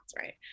right